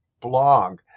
blog